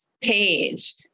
page